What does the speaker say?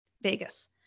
vegas